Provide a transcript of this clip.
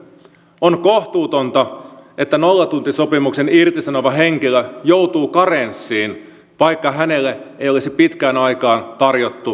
on kohtuutonta että nollatuntisopimuksen irtisanova henkilö joutuu karenssiin vaikka hänelle ei olisi pitkään aikaan tarjottu työtunteja